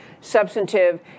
substantive